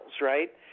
right